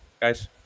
guys